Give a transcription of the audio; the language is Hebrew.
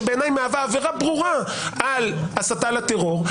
שבעיניי מהווה עבירה ברורה על הסתה לטרור,